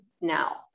now